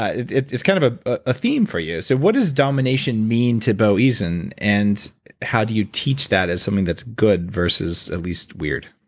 ah it's it's kind of a ah theme for you. so what does domination mean to bo eason and how do you teach that as something that's good versus at least weird?